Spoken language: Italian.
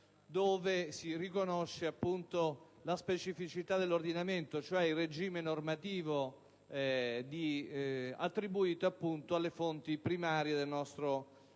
dove si riconosce la specificità dell'ordinamento, cioè il regime normativo attribuito alle fonti primarie del nostro ordinamento.